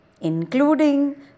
including